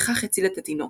וכך הציל את התינוק.